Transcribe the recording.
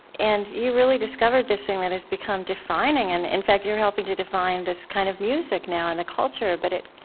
and you really discovered this thing that has become defining. and in fact, you're helping to define this kind of music now and the culture. but it